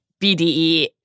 BDE